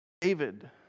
David